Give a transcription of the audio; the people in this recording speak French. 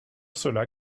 cela